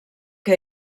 que